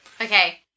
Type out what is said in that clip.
Okay